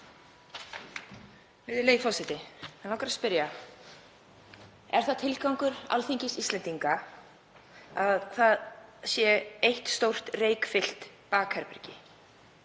Virðulegi forseti. Mig langar að spyrja: Er það tilgangur Alþingis Íslendinga að það sé eitt stórt reykfyllt bakherbergi